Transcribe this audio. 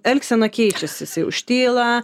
elgsena keičiasi jisai užtyla